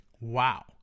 Wow